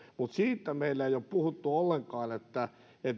mutta siitä meillä ei ole puhuttu ollenkaan että